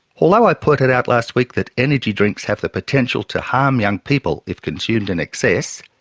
although i pointed out last week that energy drinks have the potential to harm young people if consumed in excess,